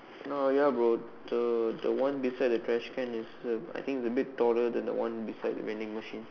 no ya but the the one beside the trash can is sab I think it a bit taller than the one beside the vending machine